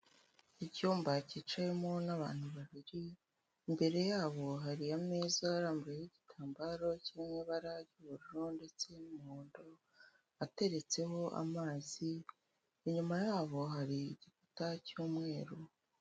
Icyumba cyicawemo n'abantu babiri, imbere yabo hari ameza arambuyeho igitambaro kirimo ibara ry'ubururu ndetse n'umuhondo. Hateretseho amazi inyuma yabo hari igikuta cy'umweru.